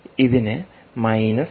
ഇതിന് 0